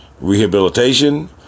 rehabilitation